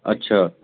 আচ্ছা